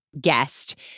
guest